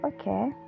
okay